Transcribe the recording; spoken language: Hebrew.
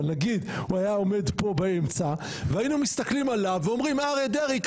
אבל נגיד הוא היה עומד פה באמצע והיינו מסתכלים עליו ואומרים אריה דרעי,